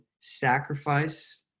sacrifice